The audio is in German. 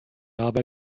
habe